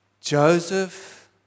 Joseph